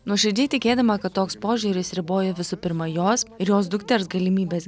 nuoširdžiai tikėdama kad toks požiūris riboja visų pirma jos ir jos dukters galimybes